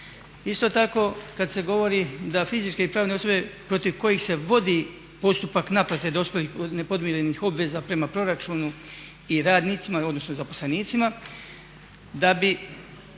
Isto tako kad se govori da fizičke i pravne osobe protiv kojih se vodi postupak naplate nepodmirenih obveza prema proračunu i radnicima odnosno zaposlenicima, da je